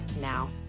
now